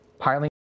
piling